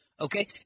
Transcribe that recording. Okay